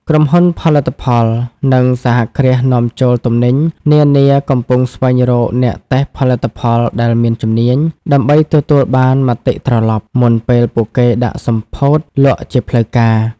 ក្រុមហ៊ុនផលិតផល និងសហគ្រាសនាំចូលទំនិញនានាកំពុងស្វែងរកអ្នកតេស្តផលិតផលដែលមានជំនាញ ដើម្បីទទួលបានមតិត្រឡប់ មុនពេលពួកគេដាក់សម្ពោធលក់ជាផ្លូវការ។